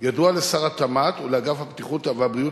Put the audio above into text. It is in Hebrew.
ידוע לשר התמ"ת ולאגף הבטיחות והבריאות